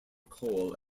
cole